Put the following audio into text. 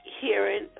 hearing